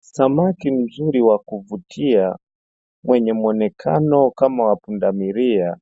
samaki mzuri wa kuvutia mwenye muonekano kama wa pundamilia,